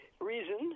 reason